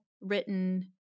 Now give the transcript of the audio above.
written